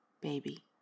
baby